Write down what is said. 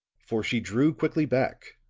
for she drew quickly back,